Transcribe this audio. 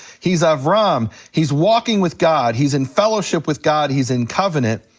he's ah avram, he's walking with god, he's in fellowship with god, he's in covenant.